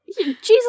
Jesus